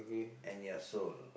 and your soul